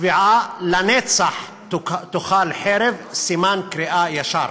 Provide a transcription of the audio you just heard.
לקביעה "לנצח תאכל חרב" סימן קריאה ישר.